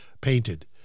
painted